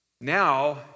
Now